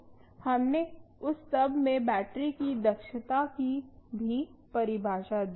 हमने उस सब में बैटरी की दक्षता की भी परिभाषा दी